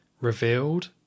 revealed